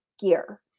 gear